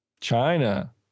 China